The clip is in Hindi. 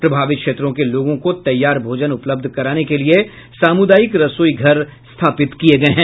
प्रभावित क्षेत्रों को लोगों को तैयार भोजन उपलब्ध कराने के लिये सामुदायिक रसोई घर स्थापित किये गये हैं